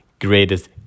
greatest